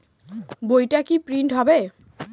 বইটা কি প্রিন্ট হবে?